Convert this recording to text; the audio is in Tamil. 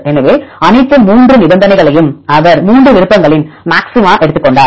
எனவே அனைத்து 3 நிபந்தனைகளையும் அவர் 3 விருப்பங்களின் மாக்ஸிமா எடுத்துக் கொண்டார்